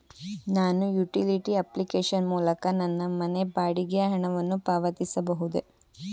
ನಾನು utility application ಮೂಲಕ ನನ್ನ ಮನೆ ಬಾಡಿಗೆ ಹಣವನ್ನು ಪಾವತಿಸಬಹುದೇ?